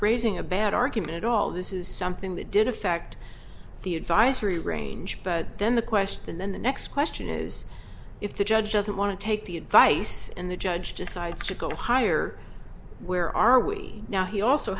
raising a bad argument at all this is something that did affect the advisory range but then the question then the next question is if the judge doesn't want to take the advice and the judge decides to go higher where are we now he also